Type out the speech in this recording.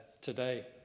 today